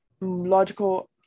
logical